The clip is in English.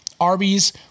Arby's